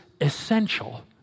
essential